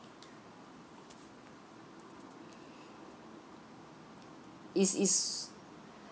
it's it's